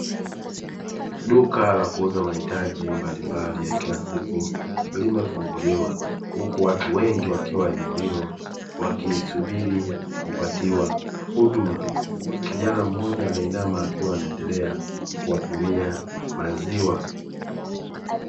Duka la kuuza mahitaji mbalimbali ya kila siku limefunguliwa huku watu wengi wakiwa eneo hilo, wakisubiri kupatiwa huduma kijana mmoja ameinama akiwa anaendelea kuwapimia maziwa.